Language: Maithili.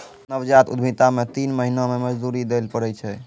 नवजात उद्यमिता मे तीन महीना मे मजदूरी दैल पड़ै छै